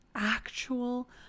Actual